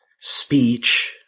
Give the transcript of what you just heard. speech